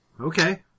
Okay